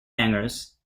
hangars